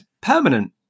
permanent